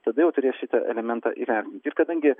todėl turės šitą elementą įvertint ir kadangi